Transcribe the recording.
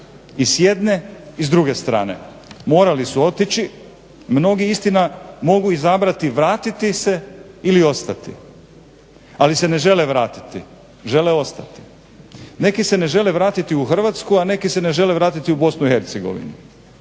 I sjedne i s druge strane morali su otići, mnogi istina mogu izabrati vratiti se ili ostati, ali se ne žele vratiti, žele ostati. Neki se ne žele vratiti u Hrvatsku a neki se ne žele vratiti u BiH.